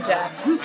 Jeff's